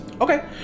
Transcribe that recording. Okay